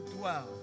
dwell